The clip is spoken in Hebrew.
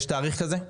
יש תאריך כזה?